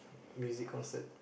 music concert